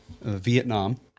vietnam